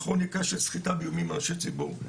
בכל מקרה של סחיטה באיומים על אנשי ציבור.